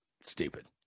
stupid